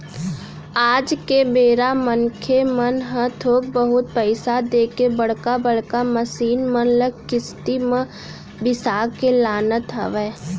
आज के बेरा मनखे मन ह थोक बहुत पइसा देके बड़का बड़का मसीन मन ल किस्ती म बिसा के लानत हवय